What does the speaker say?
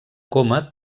coma